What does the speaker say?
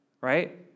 Right